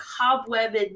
cobwebbed